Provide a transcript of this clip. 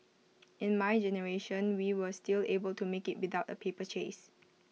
in my generation we were still able to make IT without A paper chase